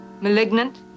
malignant